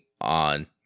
on